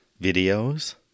Videos